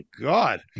God